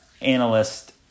analyst